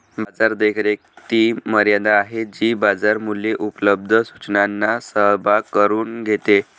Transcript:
बाजार देखरेख ती मर्यादा आहे जी बाजार मूल्ये उपलब्ध सूचनांचा सहभाग करून घेते